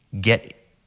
get